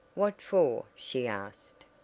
what for? she asked.